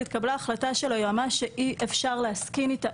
התקבלה החלטה של היועמ"ש שאי אפשר להסכים איתה,